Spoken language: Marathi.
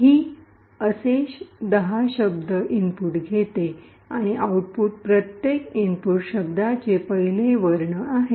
हे असे दहा शब्द इनपुट घेत आणि आउटपुट प्रत्येक इनपुट शब्दाचे पहिले वर्ण आहे